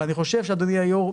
אבל אני חושב אדוני היו"ר,